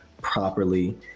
properly